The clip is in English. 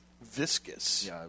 viscous